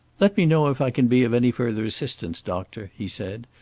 let me know if i can be of any further assistance, doctor, he said.